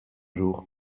jour